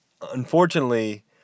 Unfortunately